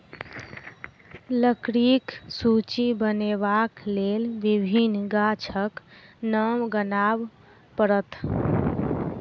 लकड़ीक सूची बनयबाक लेल विभिन्न गाछक नाम गनाब पड़त